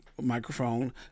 microphone